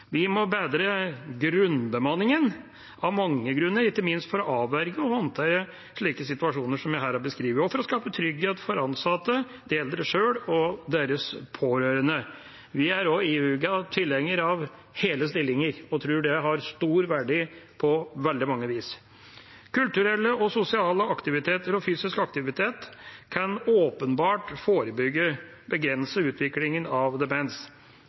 Vi må bedre grunnbemanningen av mange grunner, ikke minst for å avverge og håndtere slike situasjoner som jeg her har beskrevet, og for å skape trygghet for ansatte, de eldre sjøl og deres pårørende. Vi er også ihuga tilhengere av hele stillinger og tror det har stor verdi på veldig mange vis. Kulturelle og sosiale aktiviteter og fysisk aktivitet kan åpenbart forebygge og begrense utviklingen av demens.